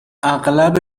اغلب